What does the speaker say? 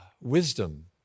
wisdom